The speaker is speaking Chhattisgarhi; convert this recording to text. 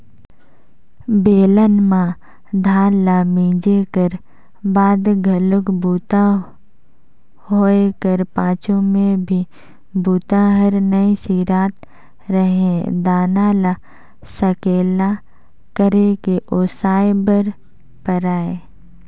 बेलन म धान ल मिंजे कर बाद घलोक बूता होए कर पाछू में भी बूता हर नइ सिरात रहें दाना ल सकेला करके ओसाय बर परय